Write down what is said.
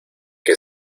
que